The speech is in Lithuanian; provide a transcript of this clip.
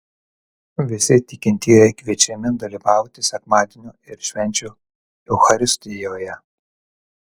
visi tikintieji kviečiami dalyvauti sekmadienio ir švenčių eucharistijoje